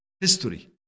history